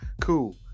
cool